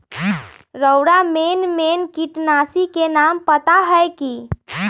रउरा मेन मेन किटनाशी के नाम पता हए कि?